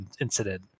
incident